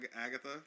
Agatha